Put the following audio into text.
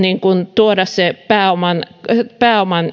tuoda pääoman pääoman